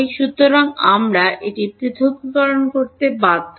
সুতরাং আমরা এটি পৃথকীকরণ করতে বাধ্য হয়